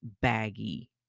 baggy